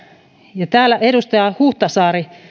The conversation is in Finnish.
ja täällä edustaja huhtasaari